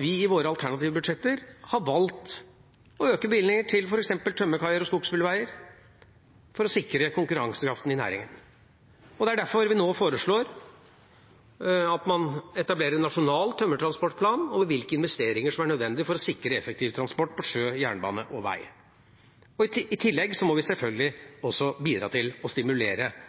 vi i våre alternative budsjetter har valgt å øke bevilgningene til f.eks. tømmerkaier og skogsbilveier, for å sikre konkurransekraften i næringen. Og det er derfor vi nå foreslår at man etablerer en nasjonal tømmertransportplan over hvilke investeringer som er nødvendige for å sikre effektiv transport på sjø, jernbane og vei. I tillegg må vi selvfølgelig også bidra til å stimulere